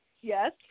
yes